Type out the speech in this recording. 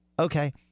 Okay